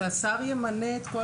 השר ימנה את כל